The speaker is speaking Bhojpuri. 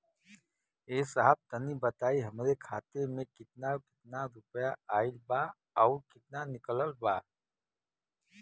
ए साहब तनि बताई हमरे खाता मे कितना केतना रुपया आईल बा अउर कितना निकलल बा?